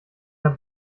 der